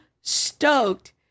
stoked